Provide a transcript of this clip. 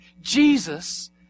Jesus